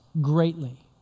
greatly